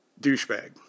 Douchebag